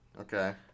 Okay